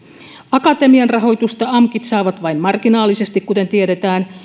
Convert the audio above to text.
akatemian rahoitusta amkit saavat vain marginaalisesti kuten tiedetään